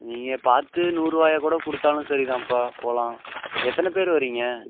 நீங்கள் பார்த்து நூறுபாயா கூட கொடுத்தாலும் சரி தான்ப்பா போகலாம் எத்தனை பேரு வரீங்க